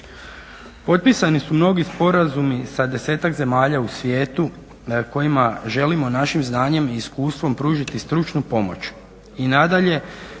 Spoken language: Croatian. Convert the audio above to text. Potpisani su mnogi sporazumi sa desetak zemalja u svijetu kojima želimo našim znanjem i iskustvom pružiti stručnu pomoć i nadalje